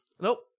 Nope